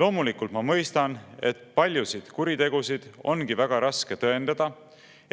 Loomulikult, ma mõistan, et paljusid kuritegusid ongi väga raske tõendada,